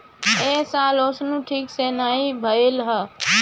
ए साल ओंसउनी ठीक से नाइ भइल हअ